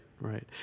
right